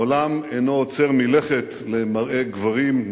העולם אינו עוצר מלכת למראה גברים,